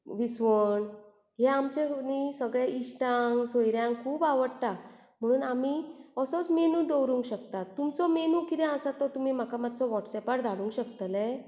विसवण हें आमचें सगळ्या इश्टांक सोयऱ्यांक खूब आवडटा म्हणून आमी असोच मेनू दवरूंक शकतात तुमचो मेनू कितें आसा तो म्हाका मात्सो वॉट्सॅपार धाडूंक शकतले